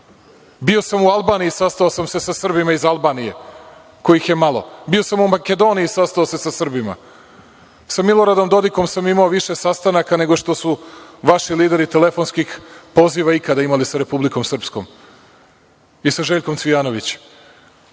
Bio sam u Albaniji i sastao sam se sa Srbima iz Albanije kojih je malo. Bio sam u Makedoniji i sastao se sa Srbima. Sa Miloradom Dodikom sam imao više sastanaka nego što su vaši lideri telefonskih poziva ikada imali sa Republikom Srpskom i sa Željkom Cvijanović. Uspeli